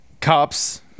cops